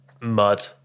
mud